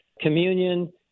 communion